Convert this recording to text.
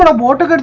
and water